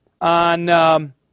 on